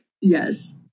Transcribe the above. yes